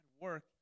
work